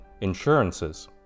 insurances